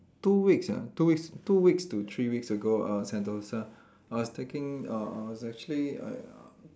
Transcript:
two weeks ah two weeks two weeks to three weeks ago uh Sentosa I was taking I I was actually uh